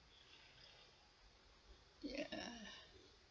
ya